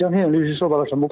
don't have much